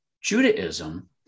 Judaism